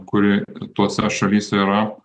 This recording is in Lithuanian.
kuri tose šalyse yra